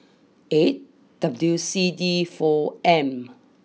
eight W C D four M